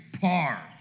par